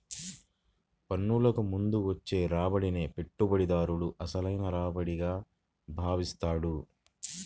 పన్నులకు ముందు వచ్చే రాబడినే పెట్టుబడిదారుడు అసలైన రాబడిగా భావిస్తాడు